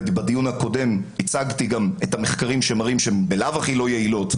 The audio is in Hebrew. ובדיון הקודם גם הצגתי את המחקרים שמראים שהן בלאו הכי לא יעילות,